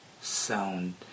sound